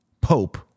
pope